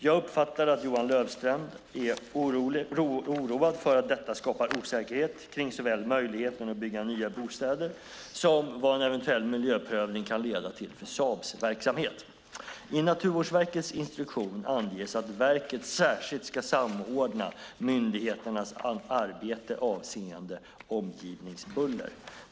Jag uppfattar att Johan Löfstrand är oroad för att detta skapar osäkerhet kring såväl möjligheten att bygga nya bostäder som vad en eventuell miljöprövning kan leda till för Saabs verksamhet. I Naturvårdsverkets instruktion anges att verket särskilt ska samordna myndigheternas arbete avseende omgivningsbuller.